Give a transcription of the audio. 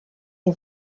est